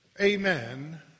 amen